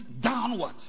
downward